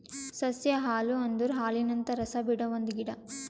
ಸಸ್ಯ ಹಾಲು ಅಂದುರ್ ಹಾಲಿನಂತ ರಸ ಬಿಡೊ ಒಂದ್ ಗಿಡ